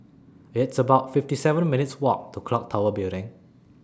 It's about fifty seven minutes' Walk to Clock Tower Building